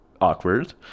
awkward